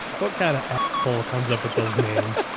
what kind of bull comes up with those names?